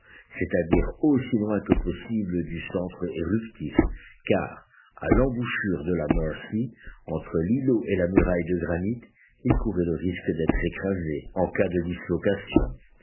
c'est-à-dire aussi loin que possible du centre éruptif car à l'embouchure de la mercy entre l'îlot et la muraille de granit il courait le risque d'être écrasé en cas de dislocation